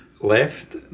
left